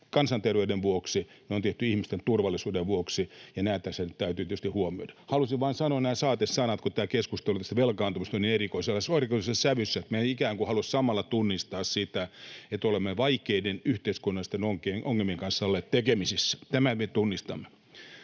kansanterveyden vuoksi, ne on tehty ihmisten turvallisuuden vuoksi, ja nämä tässä nyt täytyy tietysti huomioida. Halusin vain sanoa nämä saatesanat, kun tämä keskustelu tästä velkaantumisesta meni erikoisessa sävyssä, ikään kuin emme haluaisi samalla tunnistaa sitä, [Arja Juvosen välihuuto] että olemme vaikeiden yhteiskunnallisten ongelmien kanssa olleet tekemisissä. Tämän me tunnistamme.